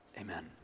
amen